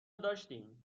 داشتیم